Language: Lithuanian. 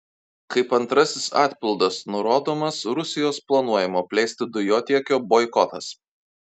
kaip antrasis atpildas nurodomas rusijos planuojamo plėsti dujotiekio boikotas